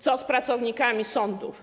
Co z pracownikami sądów?